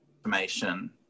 information